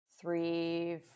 three